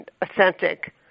Authentic